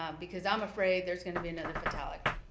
um because i'm afraid there's going to be another fatality.